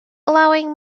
allowing